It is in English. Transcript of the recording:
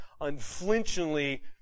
unflinchingly